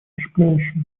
расщепляющегося